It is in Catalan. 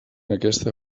aquesta